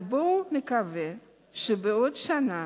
אז בואו נקווה שבעוד שנה,